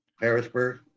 Harrisburg